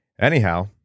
Anyhow